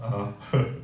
(uh huh)